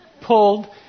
pulled